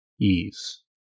ease